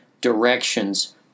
directions